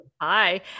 Hi